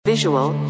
visual